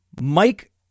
Mike